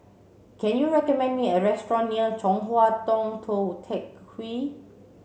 can you recommend me a restaurant near Chong Hua Tong Tou Teck Hwee